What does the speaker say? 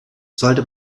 sollte